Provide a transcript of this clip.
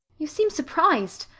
you seem surprised.